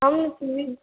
हम